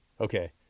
Okay